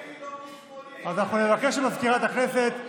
אז אנחנו נבקש ממזכירת הכנסת.